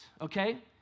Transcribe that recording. okay